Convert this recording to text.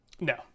No